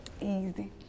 Easy